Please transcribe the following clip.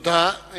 תודה.